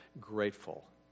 grateful